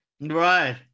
Right